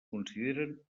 consideren